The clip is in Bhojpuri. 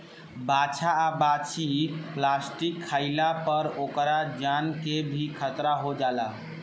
बाछा आ बाछी प्लास्टिक खाइला पर ओकरा जान के भी खतरा हो जाला